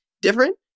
different